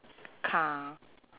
car